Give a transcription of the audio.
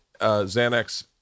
xanax